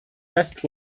best